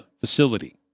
facility